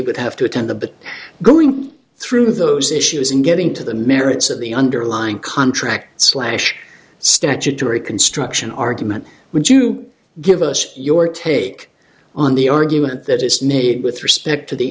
would have to attend the going through those issues in getting to the merits of the underlying contract slash statutory construction argument would you give us your take on the argument that it's need with respect to the